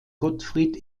gottfried